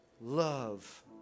love